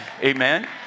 Amen